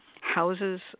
houses